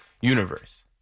universe